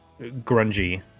grungy